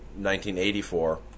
1984